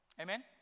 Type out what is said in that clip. Amen